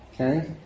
Okay